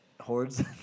Hordes